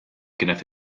kienet